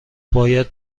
باید